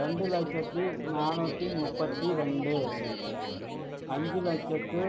ரெண்டு லட்சத்து நாநூற்றி முப்பத்து ரெண்டு அஞ்சு லட்சத்து